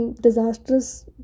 disastrous